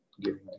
giving